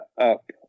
up